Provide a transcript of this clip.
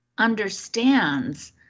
understands